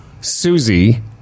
Susie